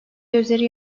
gözleri